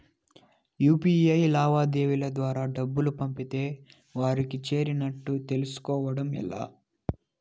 UPI లావాదేవీల ద్వారా డబ్బులు పంపితే వారికి చేరినట్టు తెలుస్కోవడం ఎలా?